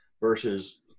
versus